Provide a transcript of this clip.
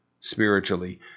spiritually